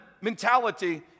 mentality